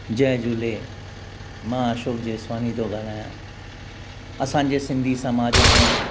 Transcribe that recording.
जय झूले मां अशोक जेसवाणी थो ॻाल्हायां असांजे सिंधी समाज में